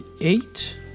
Eight